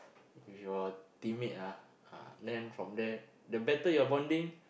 with your teammate ah ah then from there the better your bonding